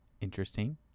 Interesting